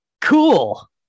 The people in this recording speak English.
Cool